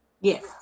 Yes